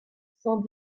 cent